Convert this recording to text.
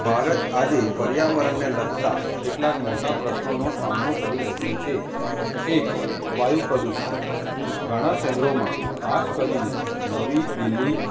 ભારત આજે પર્યાવરણને લગતા કેટલાક મોટા પ્રશ્નોનો સામનો કરી રહ્યું છે એક વાયુ પ્રદૂષણ ઘણાં શહેરોમાં ખાસ કરીને નવી દિલ્હી